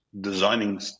designing